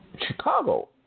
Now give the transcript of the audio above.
Chicago